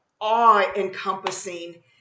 awe-encompassing